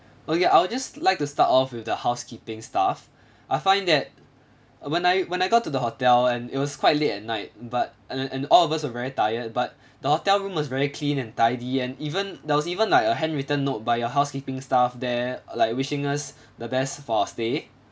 okay I would just like to start off with the housekeeping staff I find that when I when I got to the hotel and it was quite late at night but and and and all of us are very tired but the hotel room was very clean and tidy and even there was even like a handwritten note by your housekeeping staff there like wishing us the best for our stay